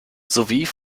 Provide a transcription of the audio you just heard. sowie